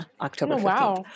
October